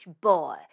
boy